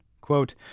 Quote